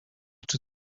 czy